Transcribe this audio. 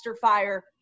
fire